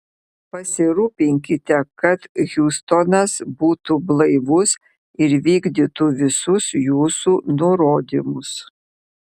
pasirūpinkite kad hiustonas būtų blaivus ir vykdytų visus jūsų nurodymus